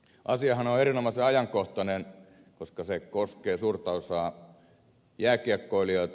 asiahan on erinomaisen ajankohtainen koska se koskee suurta osaa jääkiekkoilijoita